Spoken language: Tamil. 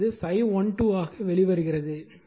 எனவே இது ∅12 ஆக வெளிவருகிறது